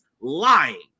lying